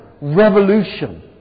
revolution